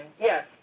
Yes